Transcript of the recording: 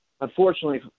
Unfortunately